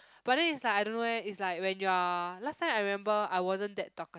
but then is like I don't know eh is like when you are last time I remember I wasn't that talkative